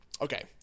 Okay